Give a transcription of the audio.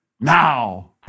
now